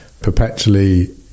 perpetually